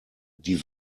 die